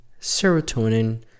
serotonin